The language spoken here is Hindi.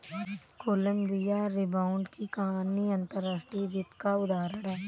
कोलंबिया रिबाउंड की कहानी अंतर्राष्ट्रीय वित्त का उदाहरण है